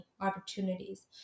opportunities